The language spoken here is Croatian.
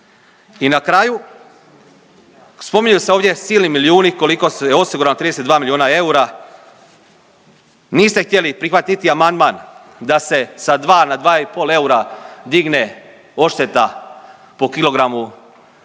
I na kraju spominju se ovdje silni milijuni koliko se osiguralo 32 milijuna eura, niste htjeli prihvatiti amandman da se sa 2 na 2 i pol eura digne odšteta po kilogramu